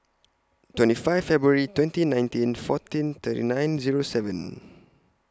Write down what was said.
twenty five February twenty nineteen fourteen thirty nine Zero seven